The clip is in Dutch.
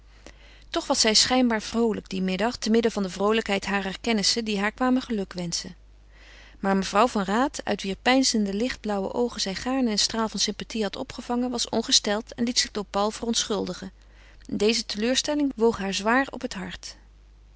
toch was zij schijnbaar vroolijk dien middag te midden van de vroolijkheid harer kennissen die haar kwamen gelukwenschen maar mevrouw van raat uit wier peinzende lichtblauwe oogen zij gaarne een straal van sympathie had opgevangen was ongesteld en liet zich door paul verontschuldigen en deze teleurstelling woog haar zwaar op het harte